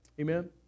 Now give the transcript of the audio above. Amen